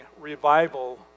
revival